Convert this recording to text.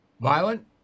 Violent